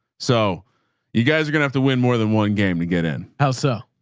so you guys are gonna have to win more than one game to get in. how so?